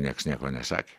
nieks nieko nesakė